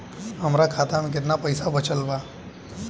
हमरा खाता मे केतना पईसा बचल बा?